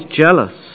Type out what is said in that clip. jealous